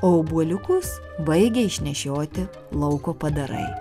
o obuoliukus baigė išnešioti lauko padarai